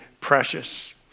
precious